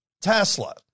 Tesla